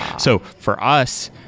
so for us,